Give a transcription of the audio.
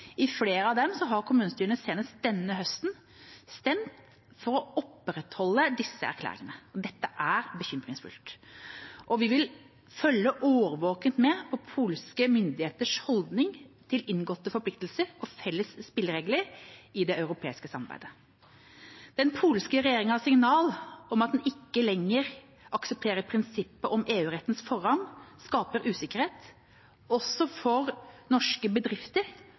I flere av dem har kommunestyrene senest denne høsten stemt for å opprettholde erklæringene. Dette er bekymringsfullt. Vi vil følge årvåkent med på polske myndigheters holdning til inngåtte forpliktelser og felles spilleregler i det europeiske samarbeidet. Den polske regjeringas signal om at den ikke lenger aksepterer prinsippet om EU-rettens forrang, skaper usikkerhet, også for norske bedrifter